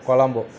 Colombo